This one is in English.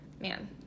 Man